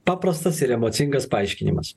paprastas ir emocingas paaiškinimas